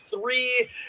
three